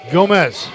Gomez